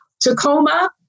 Tacoma